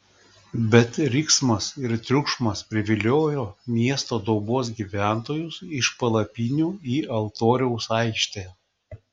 bet riksmas ir triukšmas priviliojo miesto daubos gyventojus iš palapinių į altoriaus aikštę